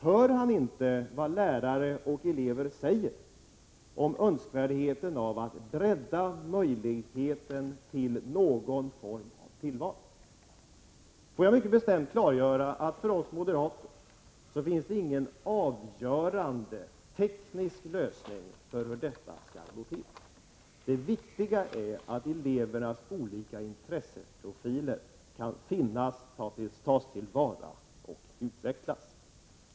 Hör han inte vad lärare och elever säger om önskvärdheten av att bredda möjligheten till någon form av tillval? Får jag mycket bestämt klargöra att för oss moderater finns det ingen avgörande teknisk lösning för hur detta skall gå till. Det viktiga är att elevernas olika intresseprofiler kan tas till vara och utvecklas.